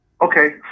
Okay